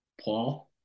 Paul